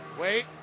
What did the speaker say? Wait